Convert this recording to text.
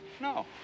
No